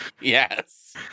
Yes